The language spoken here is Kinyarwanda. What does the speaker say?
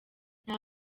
nta